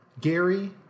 Gary